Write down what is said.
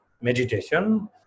meditation